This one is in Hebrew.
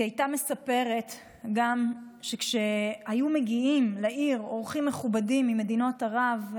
היא הייתה מספרת גם שכשהיו מגיעים לעיר אורחים מכובדים ממדינות ערב,